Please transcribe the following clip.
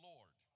Lord